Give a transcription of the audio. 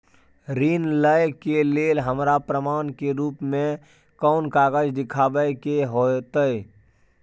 ऋण लय के लेल हमरा प्रमाण के रूप में कोन कागज़ दिखाबै के होतय?